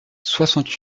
soixante